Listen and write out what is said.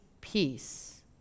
peace